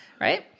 right